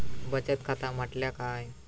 बचत खाता म्हटल्या काय?